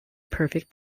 perfect